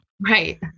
Right